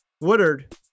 Woodard